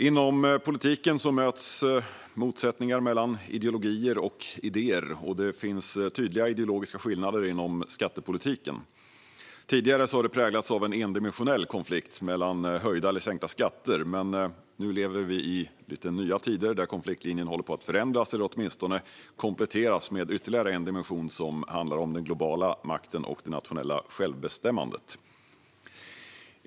Inom politiken uppstår motsättningar mellan ideologier och idéer, och det finns tydliga ideologiska skillnader inom skattepolitiken. Tidigare har detta präglats av en endimensionell konflikt mellan höjda eller sänkta skatter, men nu lever vi i nya tider där konfliktlinjen håller på att förändras eller åtminstone kompletteras med ytterligare en dimension som handlar om den globala makten och det nationella självbestämmandet.